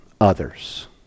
others